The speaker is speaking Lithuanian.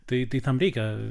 tai tai tam reikia